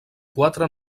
quatre